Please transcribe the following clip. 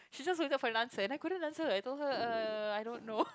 she just looked for the answer that I couldn't I told her I don't know